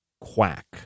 quack